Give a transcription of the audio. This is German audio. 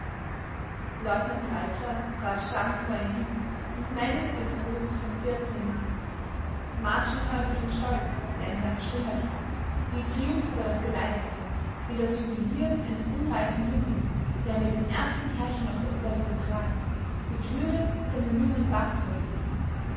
leutnant weixler trat stramm vor ihn hin und meldete den verlust von vierzehn mann marschner hörte den stolz der in seiner stimme klang wie triumph über das geleistete wie das jubilieren eines unreifen jungen der mit den ersten härchen auf der oberlippe prahlt mit würde seinen jungen baß forciert